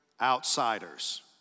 outsiders